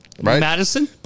Madison